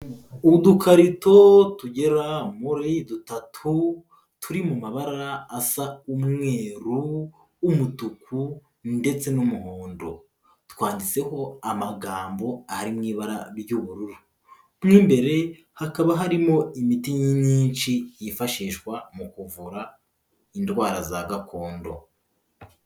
Udukarito tugera muri dutatu turi mu mabara asa umweru, umutuku ndetse n'umuhondo, twanditseho amagambo ari mu ibara ry'ubururu, mo imbere hakaba harimo imiti myinshi yifashishwa mu kuvura indwara za gakondo.